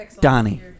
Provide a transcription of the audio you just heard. Donnie